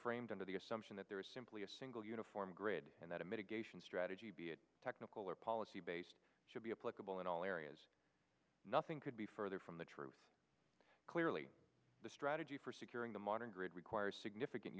framed under the assumption that there is simply a single uniform grid and that a mitigation strategy be a technical or policy based should be a political in all areas nothing could be further from the truth clearly the strategy for securing the modern grid requires significant